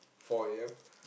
four A_M